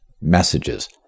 messages